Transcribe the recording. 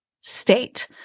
state